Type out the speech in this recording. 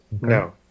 no